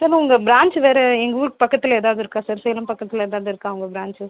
sir நான் உங்கள் branch வேறு எங்கள் ஊர் பக்கத்தில் ஏதாவது இருக்கா சார் சேலம் பக்கத்தில் ஏதாவது இருக்கா உங்கள் பிரான்ச்